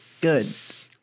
Goods